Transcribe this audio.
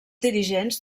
dirigents